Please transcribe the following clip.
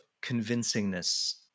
convincingness